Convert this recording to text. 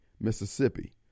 Mississippi